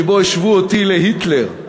שבו השוו אותי להיטלר.